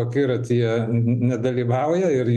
akiratyje nedalyvauja ir